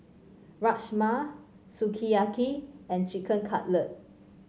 Rajma Sukiyaki and Chicken Cutlet